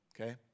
okay